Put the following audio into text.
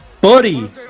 Buddy